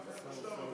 מאיפה שאתה מביא.